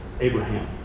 Abraham